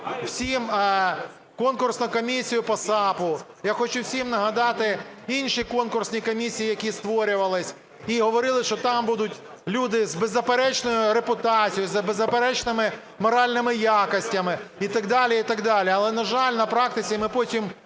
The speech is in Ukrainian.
всім конкурсну комісію по САП, я хочу всім нагадати інші комісії, які створювались, і говорили, що там будуть люди із беззаперечною репутацією, беззаперечними моральними якостями і так далі, і так далі. Але, на жаль, на практиці ми потім